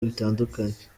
bitandukanye